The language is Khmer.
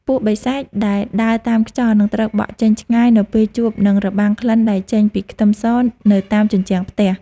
ពួកបិសាចដែលដើរតាមខ្យល់នឹងត្រូវបក់ចេញឆ្ងាយនៅពេលជួបនឹងរបាំងក្លិនដែលចេញពីខ្ទឹមសនៅតាមជញ្ជាំងផ្ទះ។